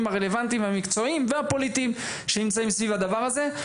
הרלוונטיים המקצועיים והפוליטיים שנמצאים סביב הדבר הזה,